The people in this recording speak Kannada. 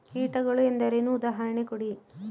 ಕೀಟಗಳು ಎಂದರೇನು? ಉದಾಹರಣೆ ಕೊಡಿ?